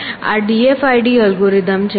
આ d f i d algorithm છે